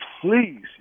please